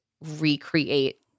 recreate